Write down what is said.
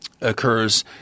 occurs